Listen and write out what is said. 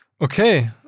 Okay